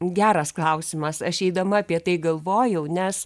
geras klausimas aš eidama apie tai galvojau nes